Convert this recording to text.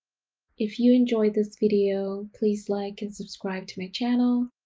if you enjoyed this video please like and subscribe to my channel.